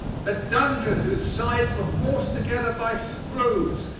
the dungeon whose sides were forced together by screws,